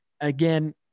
again